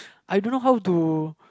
I don't know how to